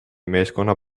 meeskonna